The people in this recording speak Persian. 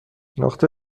نقطه